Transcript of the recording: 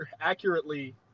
accurately